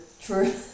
True